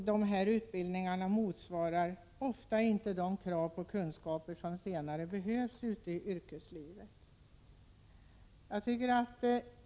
Den utbildningen motsvarar som sagt ofta inte de krav på kunskaper som ställs ute i yrkeslivet.